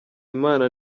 imana